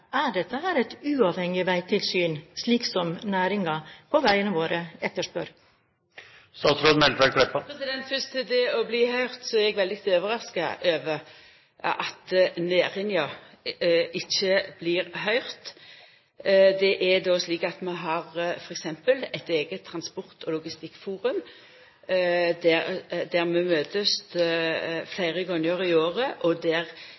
Er dette et uavhengig vegtilsyn, slik som næringen på veiene våre etterspør? Fyrst til det å bli høyrt. Eg er veldig overraska over at næringa ikkje blir høyrd. Vi har t.d. eit eige transport- og logistikkforum, der vi møtest fleire gonger i året, og der